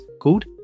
called